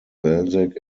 balzac